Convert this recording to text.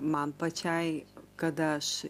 man pačiai kada aš